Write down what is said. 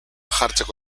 jartzeko